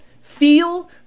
feel